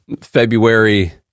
February